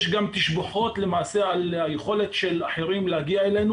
יש גם תשבחות על היכולת של אחרים להגיע אלינו.